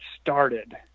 started